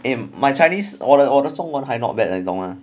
eh my chinese 我的我的中文还 not bad leh 你懂吗